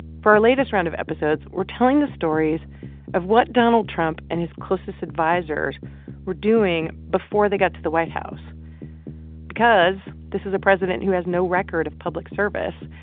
for our latest round of episodes, we're telling the stories of what donald trump and his closest advisers were doing before they got to the white house because this is a president who has no record of public service,